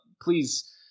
Please